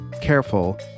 careful